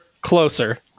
closer